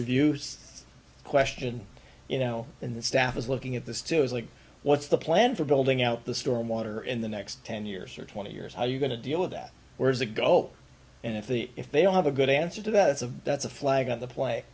reduce question you know in the staff is looking at the still is like what's the plan for building out the storm water in the next ten years or twenty years are you going to deal with that whereas a go and if the if they don't have a good answer to that it's a that's a flag on the play